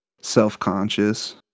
self-conscious